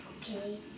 Okay